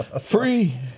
free